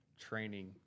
training